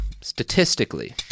statistically